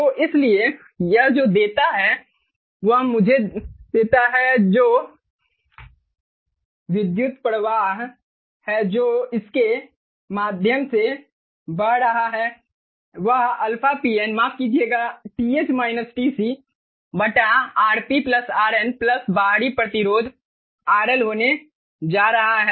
तो इसलिए यह जो देता है वह मुझे देता है जो विद्युत प्रवाह है जो इसके माध्यम से बह रहा है वह αPN माफ कीजिएगा RP RN बाहरी प्रतिरोध RL होने जा रहा है